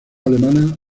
alemana